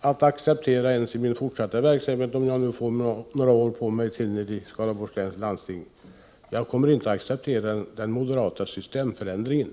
att acceptera ens i min fortsatta verksamhet, om jag nu får några år på mig i Skaraborgs läns landsting, moderaternas systemförändring.